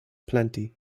plenty